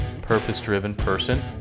PurposeDrivenPerson